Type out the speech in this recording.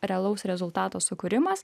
realaus rezultato sukūrimas